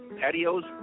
patios